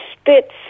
spits